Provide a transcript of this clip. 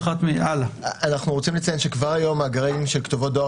אנחנו רוצים לציין שכבר היום מאגרים של כתובות דואר